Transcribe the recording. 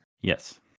Yes